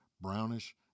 brownish